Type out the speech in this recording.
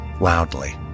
loudly